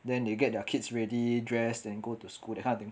then they get their kids ready dressed and go to school that kind of thing